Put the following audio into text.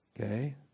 Okay